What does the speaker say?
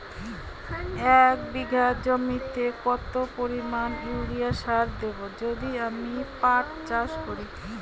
এক বিঘা জমিতে কত পরিমান ইউরিয়া সার দেব যদি আমি পাট চাষ করি?